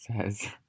says